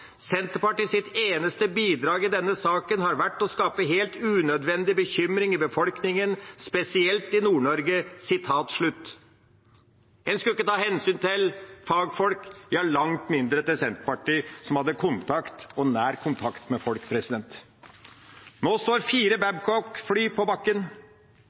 eneste bidrag i denne saken har vært å skape helt unødvendig bekymring i befolkningen, spesielt i Nord-Norge.» En skulle ikke ta hensyn til fagfolk, ja, langt mindre til Senterpartiet, som hadde nær kontakt med folk. Nå står fire Babcock-fly på bakken.